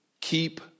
Keep